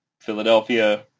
Philadelphia